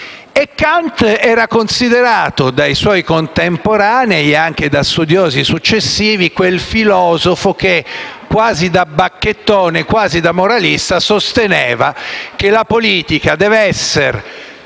Kant era considerato dai suoi contemporanei, anche da studiosi successivi, quel filosofo che, quasi da bacchettone e moralista, sosteneva che la politica dovesse essere